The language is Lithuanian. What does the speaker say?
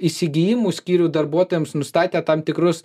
įsigijimų skyrių darbuotojams nustatę tam tikrus